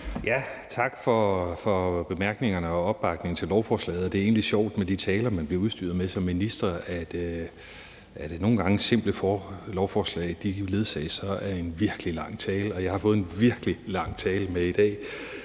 Tak for bemærkningerne og opbakningen til lovforslaget. Det er egentlig sjovt med de taler, man bliver udstyret med som minister. Nogle gange ledsages simple lovforslag af en virkelig lang tale, og jeg har fået en virkelig lang tale med i dag.